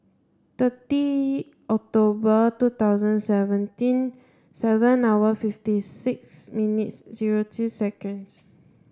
thirty October two thousand seventeen seven hours fifty six minutes zero two seconds